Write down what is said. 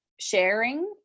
Sharing